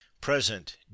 present